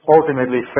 ultimately